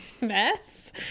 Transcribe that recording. mess